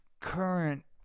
current